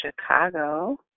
Chicago